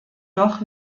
doch